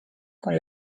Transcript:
con